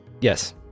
Yes